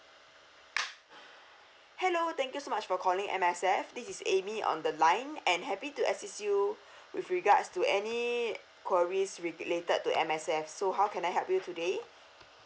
hello thank you so much for calling M_S_F this is amy on the line and happy to assist you with regards to any queries related to M_S_F so how can I help you today